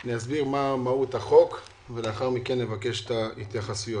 אני אסביר מה מהות החוק ולאחר מכן נבקש התייחסויות.